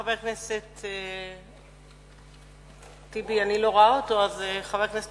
חבר הכנסת טיבי, אני לא רואה אותו, אז חבר הכנסת